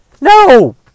No